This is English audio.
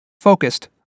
focused